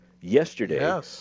yesterday